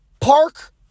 park